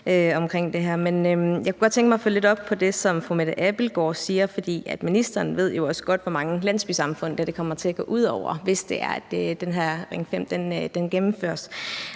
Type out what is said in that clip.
jeg kunne godt tænke mig at følge lidt op på det, som fru Mette Abildgaard siger, for ministeren ved jo også godt, hvor mange landsbysamfund det her kommer til at gå ud over, hvis den her Ring 5 gennemføres.